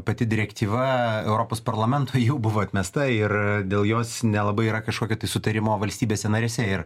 pati direktyva europos parlamento jau buvo atmesta ir dėl jos nelabai yra kažkokio sutarimo valstybėse narėse ir